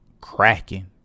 Cracking